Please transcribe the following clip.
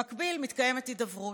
במקביל מתקיימת הידברות.